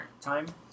time